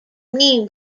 mean